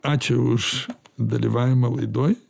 ačiū už dalyvavimą laidoj